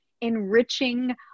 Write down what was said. enriching